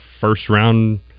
first-round